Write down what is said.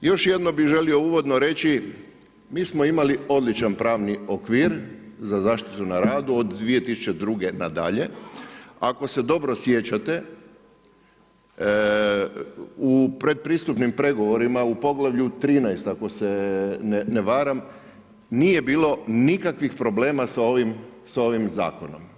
Još jedno bih želio uvodno reći, mi smo imali odličan pravni okvir za zaštitu na radu na radu od 2002. na dalje, ako se dobro sjećate, u predpristupnim pregovorima, u poglavlju 13. ako se ne varam, nije bilo nikakvih problema sa ovim zakonom.